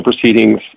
proceedings